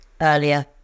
earlier